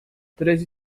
treze